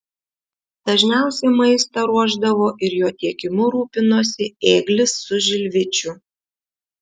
dažniausiai maistą ruošdavo ir jo tiekimu rūpinosi ėglis su žilvičiu